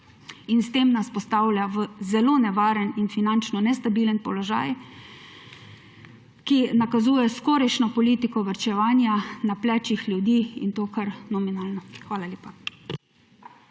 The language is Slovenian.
nas s tem postavlja v zelo nevaren in finančno nestabilen položaj, ki nakazuje skorajšnjo politiko varčevanja na plečih ljudi, in to kar nominalno. Hvala lepa.